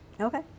Okay